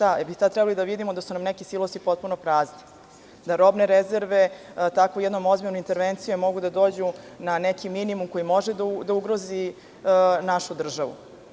Da li bi tada trebali da vidimo da su nam neki silosi potpuno prazni, da robne rezerve tako jednom ozbiljnom intervencijom mogu da dođu na neki minimum koji može da ugrozi našu državu?